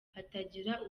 hatagira